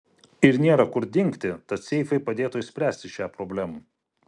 ir nėra kur dingti tad seifai padėtų išspręsti šią problemą